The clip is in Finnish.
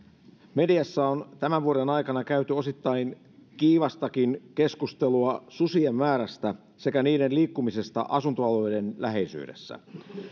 mediassa on tämän vuoden aikana käyty osittain kiivastakin keskustelua susien määrästä sekä niiden liikkumisesta asuntoalueiden läheisyydessä